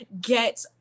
get